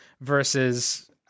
versus